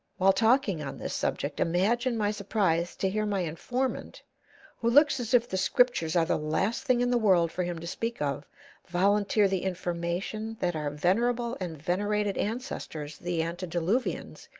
while talking on this subject, imagine my surprise to hear my informant who looks as if the scriptures are the last thing in the world for him to speak of volunteer the information that our venerable and venerated ancestors, the antediluvians,